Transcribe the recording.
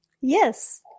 Yes